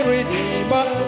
Redeemer